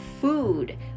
food